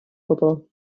gwbl